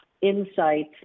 insights